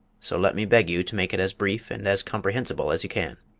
so let me beg you to make it as brief and as comprehensible as you can.